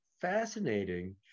fascinating